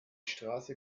straße